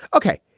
ok.